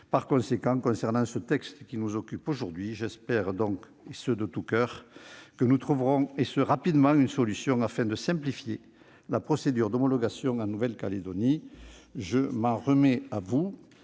Par conséquent, pour en revenir au texte qui nous occupe aujourd'hui, j'espère de tout coeur que nous trouverons rapidement une solution afin de simplifier la procédure d'homologation en Nouvelle-Calédonie. Je m'en remets au